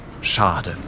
Schade